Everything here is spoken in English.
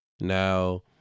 Now